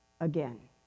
again